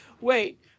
wait